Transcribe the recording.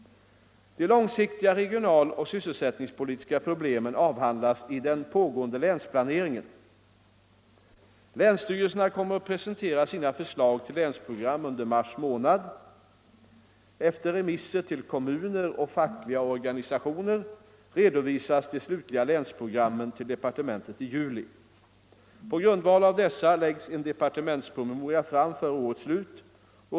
De långsiktiga regionaloch sysselsättningspolitiska problemen avhandlas i den pågående länsplaneringen. Länsstyrelserna kommer att presentera sina förslag till länsprogram under mars månad. Efter remisser till kommuner och fackliga organisationer redovisas de slutliga länsprogrammen till departementet den 1 juli. På grundval av dessa läggs en departementspromemoria fram före årets slut.